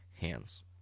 hands